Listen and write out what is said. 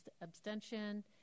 abstention